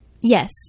Yes